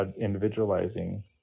individualizing